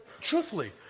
Truthfully